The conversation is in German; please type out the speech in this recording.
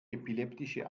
epileptische